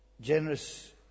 generous